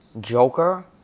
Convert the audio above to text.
Joker